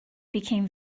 became